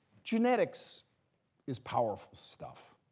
genetics is powerful stuff.